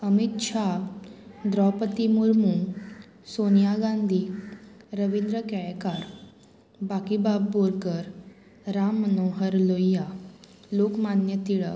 अमित शाह द्रोपदी मुर्मू सोनिया गांधी रविंद्र गेकार बाकीबाब बोरकर राम मनोहर लोया लोकमान्य तिळक